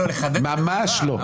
ממש לא.